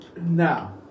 Now